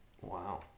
wow